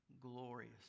glorious